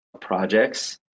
projects